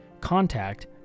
contact